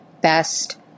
best